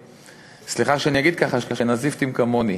סליחה שאני אגיד ככה, "אשכנזיפטים" כמוני,